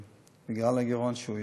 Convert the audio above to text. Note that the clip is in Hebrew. לבית-החולים, בגלל הגירעון שהוא יצר.